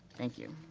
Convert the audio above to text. thank you.